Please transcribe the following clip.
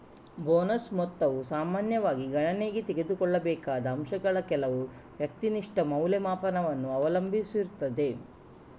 bonus ಮೊತ್ತವು ಸಾಮಾನ್ಯವಾಗಿ ಗಣನೆಗೆ ತೆಗೆದುಕೊಳ್ಳಬೇಕಾದ ಅಂಶಗಳ ಕೆಲವು ವ್ಯಕ್ತಿನಿಷ್ಠ ಮೌಲ್ಯಮಾಪನವನ್ನು ಅವಲಂಬಿಸಿರುತ್ತದೆ